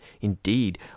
indeed